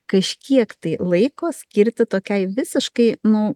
kažkiek tai laiko skirti tokiai visiškai nu